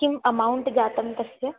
किम् अमौण्ट् जातं तस्य